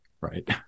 right